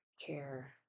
care